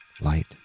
light